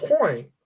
point